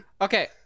Okay